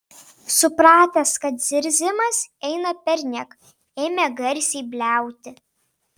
supratęs kad zirzimas eina perniek ėmė garsiai bliauti